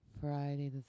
Friday